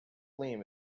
liam